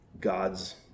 God's